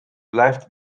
blijft